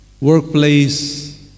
workplace